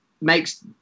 makes